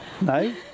No